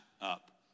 up